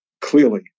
clearly